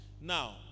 Now